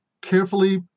carefully